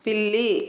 పిల్లి